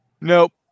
Nope